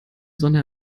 sonne